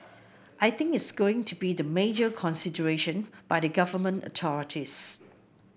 I think is going to be the major consideration by the government authorities